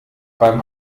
beim